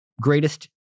greatest